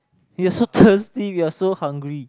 we're so thirsty we're so hungry